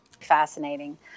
fascinating